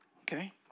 Okay